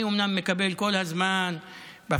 אני אומנם מקבל הצעות לחוקים כל הזמן בפייסבוק,